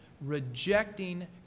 rejecting